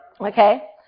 Okay